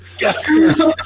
yes